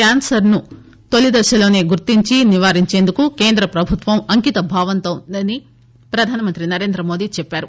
cancer ను తొలిదశలోనే గుర్తించి నివారించేందుకు కేంద్ర ప్రభుత్వం అంకిత భావంతో ఉందని ప్రధాన మంత్రి నరేంద్ర మోదీ చెప్పారు